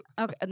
Okay